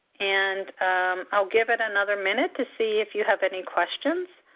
and i'll give it another minute to see if you have any questions